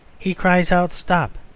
he cries out stop!